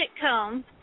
comb